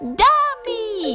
dummy